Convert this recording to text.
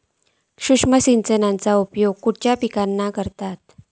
सूक्ष्म सिंचनाचो उपयोग खयच्या पिकांका करतत?